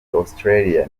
australia